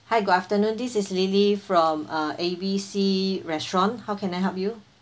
hi good afternoon this is lily from uh A B C restaurant how can I help you